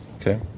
okay